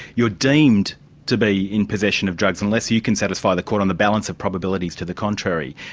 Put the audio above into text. you're deemed to be in possession of drugs unless you can satisfy the court on the balance of probabilities to the contrary,